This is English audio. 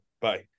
bye